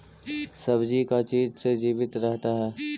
सब्जी का चीज से जीवित रहता है?